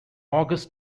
august